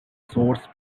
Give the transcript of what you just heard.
source